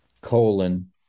colon